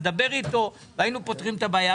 מדבר אתו והיינו פותרים את הבעיה,